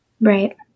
Right